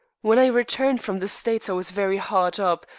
when i returned from the states i was very hard up,